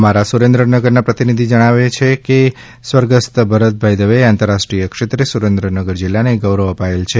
અમારા સુરેન્દ્રનગરના પ્રતિનિધિના જણાવ્યા મુજબ સ્વઃ ભરતભાઈ દવેએ આંતરરાષ્ટ્રીય ક્ષેત્રે સુરેન્દ્રનગર જિલ્લાને ગૌરવ અપાયેલ છે